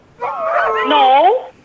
No